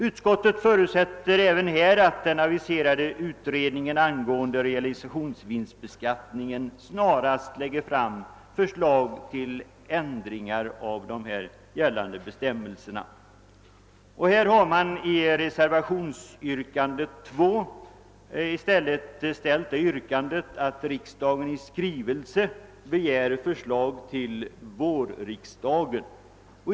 Utskottet förutsätter även härvidlag att den aviserade utredningen angående = realisationsvinstbeskattningen snarast lägger fram förslag till ändringar av de gällande bestämmelserna. I reservationen 2 ställs yrkandet, att riksdagen i skrivelse till Kungl. Maj:t skall begära ett förslag till vårsessionen.